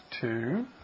two